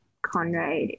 Conrad